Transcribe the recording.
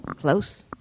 Close